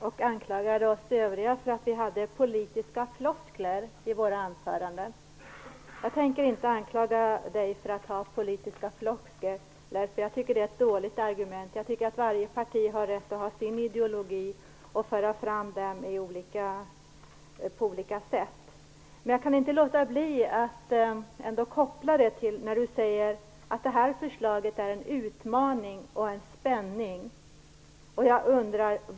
Fru talman! Carina Moberg anklagade oss övriga för att vi hade politiska floskler i våra anföranden. Jag tänker inte anklaga Carina Moberg för att ha politiska floskler därför att jag tycker att det är ett dåligt argument. Varje parti har rätt att ha sin ideologi och föra fram den på olika sätt. Men jag kan ändå inte låta bli att koppla det till det Carina Moberg säger, att det här förslaget är en utmaning och en spänning.